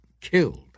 killed